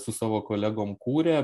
su savo kolegom kūrė